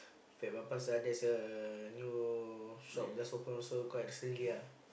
Fat-Papas there's a new shop just open so quite recently ah